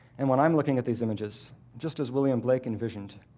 and when i'm looking at these images, just as william blake envisioned,